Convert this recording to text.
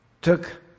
took